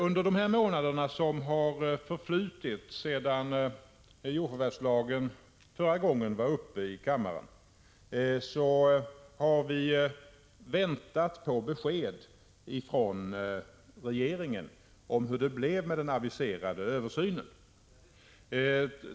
Under de månader som har förflutit sedan jordförvärvslagen behandlades i kammaren förra gången har vi väntat på besked från regeringen om hur det skulle bli med den aviserade översynen.